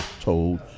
told